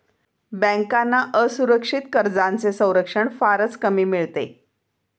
बँकांना असुरक्षित कर्जांचे संरक्षण फारच कमी मिळते